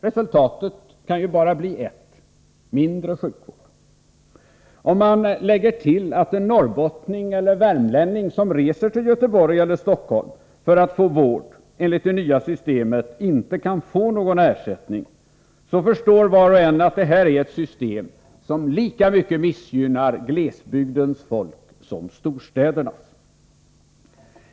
Resultatet kan ju bara bli ett — mindre sjukvård, Om man lägger till att en norrbottning eller värmlänning som reser till Göteborg eller Stockholm för att få vård enligt det nya systemet inte kan få någon ersättning, förstår var och en att det här är ett system som lika mycket missgynnar glesbygdens folk som storstädernas.